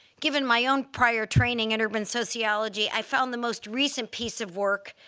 given my own prior training in urban sociology, i found the most recent piece of work,